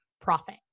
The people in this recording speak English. profit